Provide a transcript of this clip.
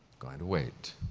going to wait.